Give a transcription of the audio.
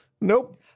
Nope